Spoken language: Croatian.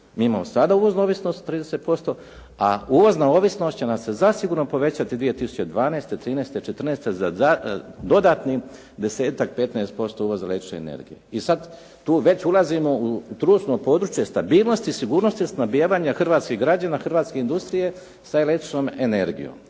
Mi imamo sada uvoznu ovisnost 30%, a uvozna ovisnost će nam se zasigurno povećati 2012., 2013., 2014. za dodatnim 10-ak, 15% uvoza električne energije. I sad tu već ulazimo u trusno područje stabilnosti, sigurnosti snabdijevanja hrvatskih građana, hrvatske industrije sa električnom energijom,